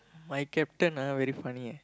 my captain ah very funny eh